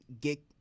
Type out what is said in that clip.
get